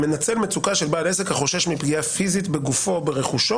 "מנצל מצוקה של בעל עסק החושש מפגיעה פיזית בגופו או ברכושו